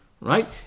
Right